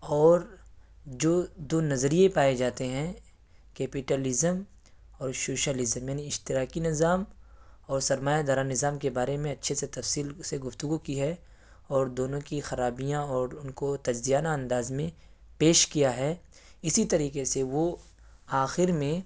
اور جو دو نظریے پائے جاتے ہیں کیپٹل ازم اور شوشل ازم یعنی اشتراکی نظام اور سرمایہ دارانہ نظام کے بارے میں اچھے سے تفصیل سے گفتگو کی ہے اور دونوں کی خرابیاں اور ان کو تجزیانہ انداز میں پیش کیا ہے اسی طریقے سے وہ آخر میں